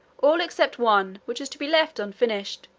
all except one which is to be left unfinished,